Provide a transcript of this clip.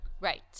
Right